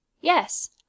Yes